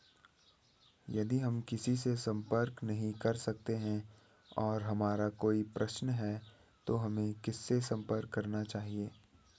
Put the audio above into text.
यदि हम किसी से संपर्क नहीं कर सकते हैं और हमारा कोई प्रश्न है तो हमें किससे संपर्क करना चाहिए?